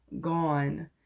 gone